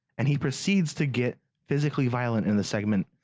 and he proceeds to get physically violent in the segment,